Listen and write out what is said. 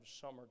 summer